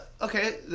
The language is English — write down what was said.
Okay